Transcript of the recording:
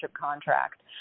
contract